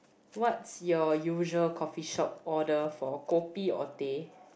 what's your usual coffee shop order for kopi or teh